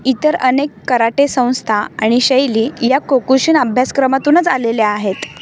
इतर अनेक कराटे संस्था आणि शैली या खोकुशीन अभ्यासक्रमातूनच आलेल्या आहेत